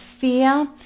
fear